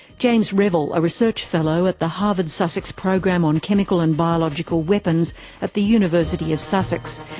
james revill, a research fellow at the harvard sussex program on chemical and biological weapons at the university of sussex.